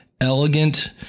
elegant